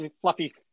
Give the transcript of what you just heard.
fluffy